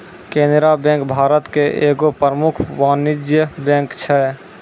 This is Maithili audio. केनरा बैंक भारत के एगो प्रमुख वाणिज्यिक बैंक छै